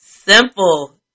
Simple